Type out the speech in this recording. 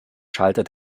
schalter